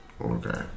Okay